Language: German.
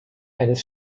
eines